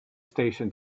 station